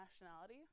nationality